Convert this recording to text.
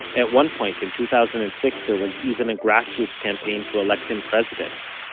at one point, in two thousand and six, there was even a grassroots campaign to elect him president